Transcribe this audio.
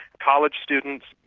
college students,